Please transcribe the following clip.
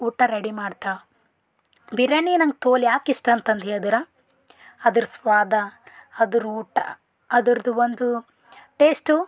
ಊಟ ರೆಡಿ ಮಾಡ್ತಾಳೆ ಬಿರ್ಯಾನಿ ನಂಗೆ ತೋಲು ಯಾಕೆ ಇಷ್ಟ ಅಂತಂದು ಹೇಳಿದ್ರೆ ಅದ್ರ ಸ್ವಾದ ಅದ್ರ ಊಟ ಅದರದು ಒಂದು ಟೇಸ್ಟು